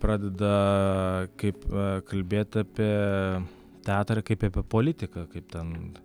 pradeda kaip kalbėt apie teatrą kaip apie politiką kaip ten